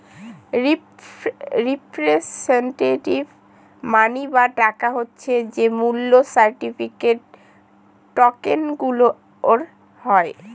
representative money বা টাকা হচ্ছে যে মূল্য সার্টিফিকেট, টকেনগুলার হয়